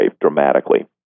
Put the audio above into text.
dramatically